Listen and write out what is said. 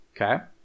Okay